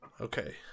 Okay